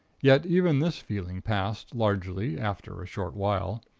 yet even this feeling passed, largely, after a short while.